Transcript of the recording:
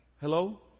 Hello